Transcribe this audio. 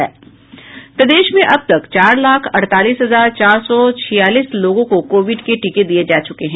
प्रदेश में अब तक चार लाख अड़तालीस हजार चार सौ छियालीस लोगों को कोविड के टीके दिये जा चुके हैं